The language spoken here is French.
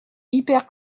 hyper